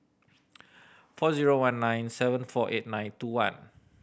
four zero one nine seven four eight nine two one